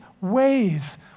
ways